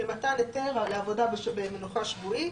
למתן היתר לעבודה במנוחה שבועית.